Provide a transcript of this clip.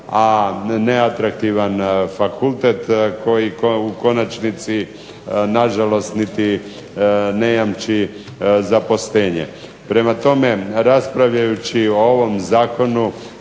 a neatraktivan fakultet koji u konačnici nažalost niti ne jamči zaposlenje. Prema tome, raspravljajući o ovom zakonu,